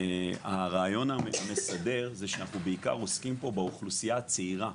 הרעיון המסדר הוא שאנחנו עוסקים פה בעיקר באוכלוסייה הצעירה,